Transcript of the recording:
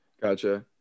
Gotcha